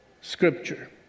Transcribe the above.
scripture